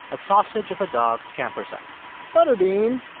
a sausage of a dog scampers up butterbean